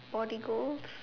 body goals